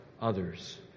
others